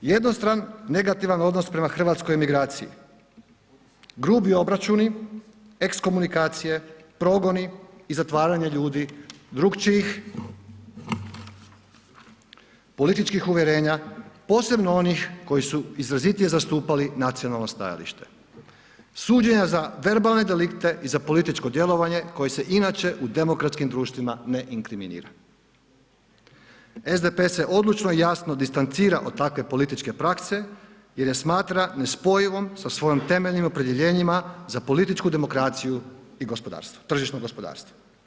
Jednostran, negativan odnos prema hrvatskoj migraciji, grubi obračuni, ekskomunikacije, progoni i zatvaranje ljudi drukčijih političkih uvjerenja, posebno onih koji su izrazitije zastupali nacionalno stajalište, suđenja za verbalne delikte i za političko djelovanje koje se inače u demokratskim društvima ne inkriminira.“ SDP se odlučno i jasno distancira od takve političke prakse jer je smatra nespojivim sa svojim temeljnim opredjeljenjima za političku demokraciju i gospodarstvo, tržišno gospodarstvo.